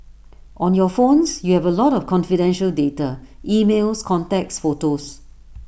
on your phones you have A lot of confidential data emails contacts photos